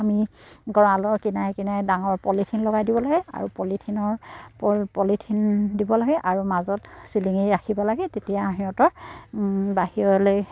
আমি গঁৰালৰ কিনাৰে কিনাৰে ডাঙৰ পলিথিন লগাই দিব লাগে আৰু পলিথিনৰ পলিথিন দিব লাগে আৰু মাজত চিলিঙি ৰাখিব লাগে তেতিয়া সিহঁতৰ বাহিৰলৈ